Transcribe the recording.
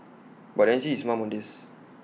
but the agency is mum on this